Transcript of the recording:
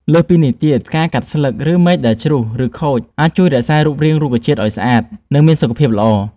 លើសពីនេះទៀត ការកាត់ស្លឹក ឬមែកដែលជ្រុះ ឬខូច អាចជួយរក្សារូបរាងរុក្ខជាតិឲ្យស្អាត និងមានសុខភាពល្អ។